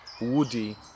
woody